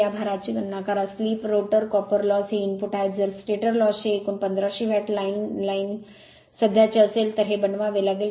या भारची गणना करा स्लिप रोटर कॉपर लॉस हे इनपुट आहेत जर स्टेटर लॉसचे एकूण 1500 वॅट लाइन लाईन सध्याचे असेल तर हे बनवावे लागेल